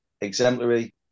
exemplary